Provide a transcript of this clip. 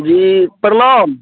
जी प्रणाम